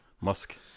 Musk